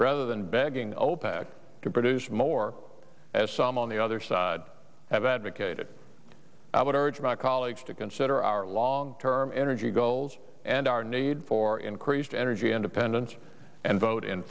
rather than begging opec to produce more as some on the other side have advocated i would urge my colleagues to consider our long term energy goals and our need for increased energy independence and vote in